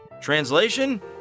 Translation